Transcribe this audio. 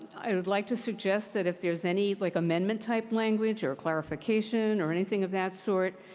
i would like to suggest that if there's any, like, amendments type language or clarification or anything of that sort,